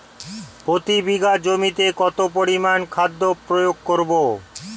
প্রতি বিঘা জমিতে কত পরিমান খাদ্য প্রয়োগ করব?